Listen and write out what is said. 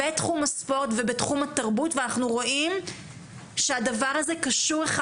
בתחום הספורט ובתחום התרבות ואנחנו רואים שהדבר הזה קשור אחד